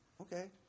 Okay